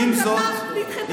חשבתי, התבלבלתי.